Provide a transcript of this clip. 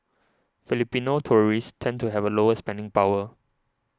Filipino tourists tend to have lower spending power